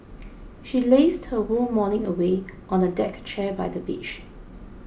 she lazed her whole morning away on a deck chair by the beach